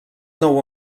nou